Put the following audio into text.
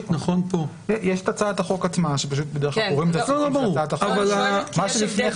את רוצה להקריא תקריאי,